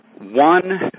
One